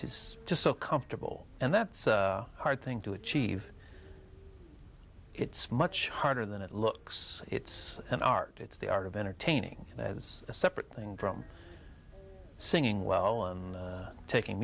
she's just so comfortable and that's a hard thing to achieve it's much harder than it looks it's an art it's the art of entertaining that's a separate thing from singing well and taking